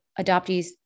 adoptees